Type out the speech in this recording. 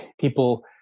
people